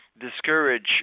Discourage